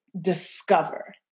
discover